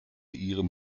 ihrem